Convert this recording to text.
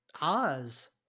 Oz